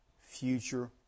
Future